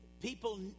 people